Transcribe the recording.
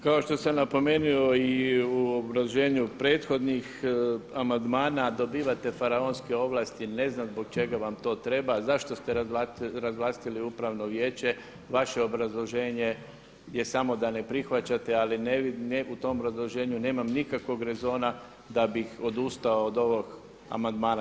Kao što sam napomenuo i u obrazloženju prethodnih amandmana dobivate faraonske ovlasti, ne znam zbog čega vam to treba, zašto ste razvlastili upravno vijeće, vaše obrazloženje je samo da ne prihvaćate ali u tom obrazloženju nemam nikakvog rezona da bih odustao od ovog amandmana.